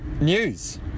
News